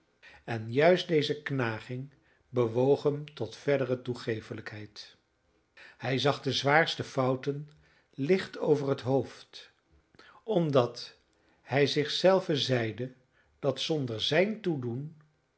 en juist deze knaging bewoog hem tot verdere toegeeflijkheid hij zag de zwaarste fouten licht over het hoofd omdat hij zich zelven zeide dat zonder zijn toedoen